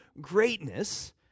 greatness